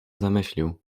zamyślił